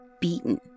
beaten